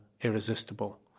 irresistible